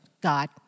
God